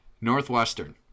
Northwestern